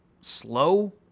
slow